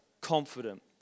confident